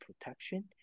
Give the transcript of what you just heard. protection